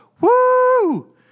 Woo